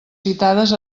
citades